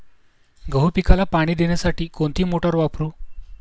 गहू पिकाला पाणी देण्यासाठी कोणती मोटार वापरू?